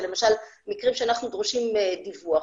למשל מקרים שאנחנו דורשים דיווח,